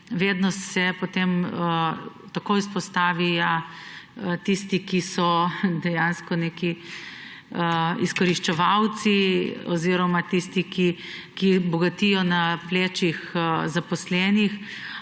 vedno se potem takoj izpostavi, ja, tisti, ki so dejansko neki izkoriščevalci oziroma tisti, ki bogatijo na plečih zaposlenih.